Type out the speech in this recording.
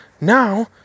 now